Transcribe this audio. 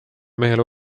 mehele